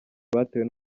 batewe